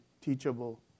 teachable